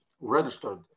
registered